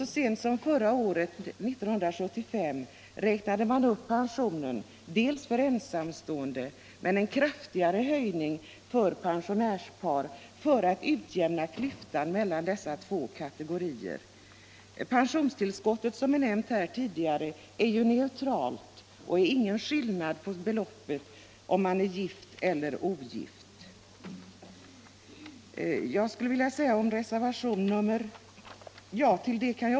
Så sent som förra året räknade man upp pensionen för ensamstående men gjorde en ännu kraftigare höjning för pensionärspar för att utjämna klyftan mellan dessa två kategorier. Pensionstillskottet. som här är omnämnt, är ju neutralt och är lika för gift och ogift.